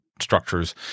structures